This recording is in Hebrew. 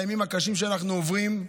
הימים הקשים שאנחנו עוברים,